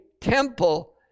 temple